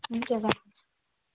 हुन्छ राखेँ